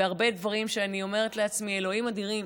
בהרבה דברים שאני אומרת לעצמי: אלוהים אדירים,